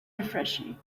refreshing